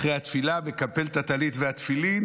אחרי התפילה מקפל את הטלית והתפילין